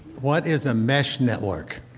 what is a mesh network?